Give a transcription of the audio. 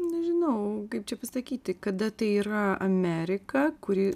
nežinau kaip čia pasakyti kada tai yra amerika kuri